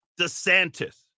DeSantis